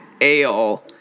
ale